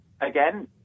Again